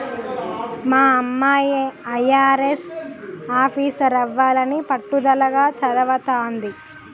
మా అమ్మాయి అయ్యారెస్ ఆఫీసరవ్వాలని పట్టుదలగా చదవతాంది